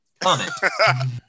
Comment